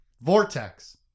Vortex